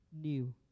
new